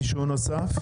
מישהו נוסף?